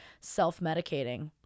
self-medicating